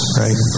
right